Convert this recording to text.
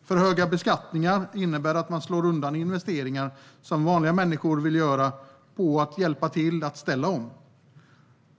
Alltför höga beskattningar innebär att man slår undan investeringar som vanliga människor vill göra för att hjälpa till att ställa om.